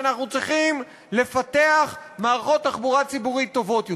ואנחנו צריכים לפתח מערכות תחבורה ציבורית טובות יותר.